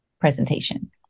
presentation